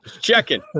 Checking